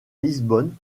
lisbonne